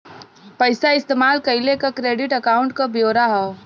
पइसा इस्तेमाल कइले क क्रेडिट अकाउंट क ब्योरा हौ